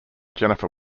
jennifer